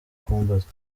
kumbaza